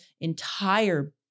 entire